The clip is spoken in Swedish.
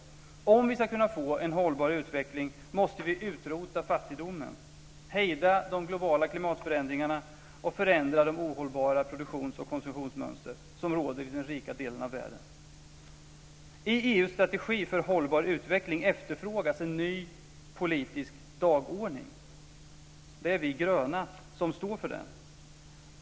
För att vi ska kunna få en hållbar utveckling måste vi utrota fattigdomen, hejda de globala klimatförändringarna och förändra de ohållbara produktions och konsumtionsmönster som råder i den rika delen av världen. I EU:s strategi för en hållbar utveckling efterfrågas en ny politisk dagordning. Det är vi gröna som står för den.